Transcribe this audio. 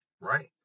right